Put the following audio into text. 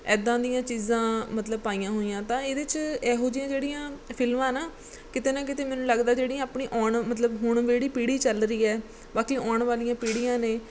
ਇੱਦਾਂ ਦੀਆਂ ਚੀਜ਼ਾਂ ਮਤਲਬ ਪਾਈਆਂ ਹੋਈਆਂ ਤਾਂ ਇਹਦੇ 'ਚ ਇਹੋ ਜਿਹੀਆਂ ਜਿਹੜੀਆਂ ਫਿਲਮਾਂ ਨਾ ਕਿਤੇ ਨਾ ਕਿਤੇ ਮੈਨੂੰ ਲੱਗਦਾ ਜਿਹੜੀਆਂ ਆਪਣੀ ਆਉਣ ਮਤਲਬ ਹੁਣ ਜਿਹੜੀ ਪੀੜ੍ਹੀ ਚੱਲ ਰਹੀ ਹੈ ਬਾਕੀ ਆਉਣ ਵਾਲੀਆਂ ਪੀੜ੍ਹੀਆਂ ਨੇ